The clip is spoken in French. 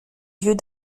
yeux